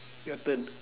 your turn